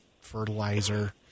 fertilizer